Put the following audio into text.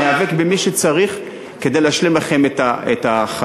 ניאבק במי שצריך כדי להשלים לכם את החסר.